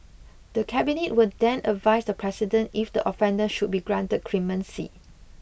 the cabinet will then advise the president if the offender should be granted clemency